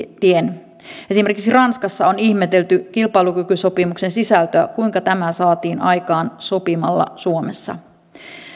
tien esimerkiksi ranskassa on ihmetelty kilpailukykysopimuksen sisältöä kuinka tämä saatiin aikaan sopimalla suomessa